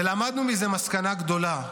ולמדנו מזה מסקנה גדולה: